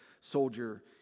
soldier